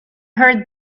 heard